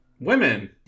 Women